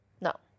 no